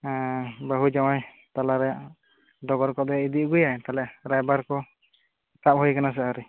ᱵᱟᱹᱦᱩ ᱡᱟᱶᱭᱟᱭ ᱛᱟᱞᱟᱨᱮ ᱰᱚᱜᱚᱨ ᱠᱚᱫᱚ ᱤᱫᱤ ᱟᱹᱜᱩᱭᱟ ᱛᱟᱦᱚᱞᱮ ᱨᱟᱭᱵᱟᱨ ᱠᱚᱫᱚ ᱥᱟᱵ ᱦᱩᱭ ᱟᱠᱟᱱᱟ ᱥᱮ ᱟᱹᱣᱨᱤ